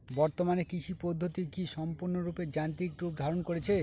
বর্তমানে কৃষি পদ্ধতি কি সম্পূর্ণরূপে যান্ত্রিক রূপ ধারণ করেছে?